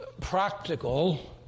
practical